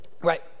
Right